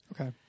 Okay